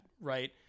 right